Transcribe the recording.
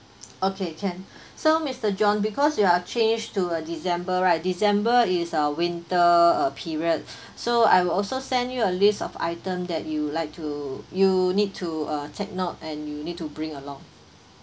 okay can so mister john because you are change to a december right december is uh winter uh period so I will also send you a list of items that you like to you need to uh take note and you need to bring along